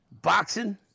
Boxing